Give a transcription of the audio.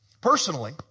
Personally